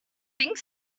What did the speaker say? think